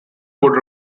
would